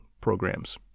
programs